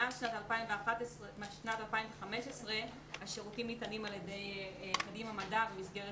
מאז שנת 2015 השירותים ניתנים על ידי קדימה מדע במסגרת